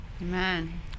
Amen